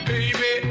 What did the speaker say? Baby